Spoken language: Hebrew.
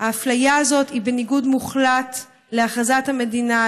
האפליה הזאת היא בניגוד מוחלט להכרזת המדינה,